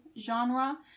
genre